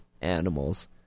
animals